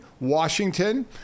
Washington